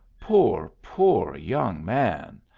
poor, poor young man!